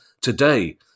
today